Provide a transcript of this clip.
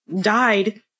died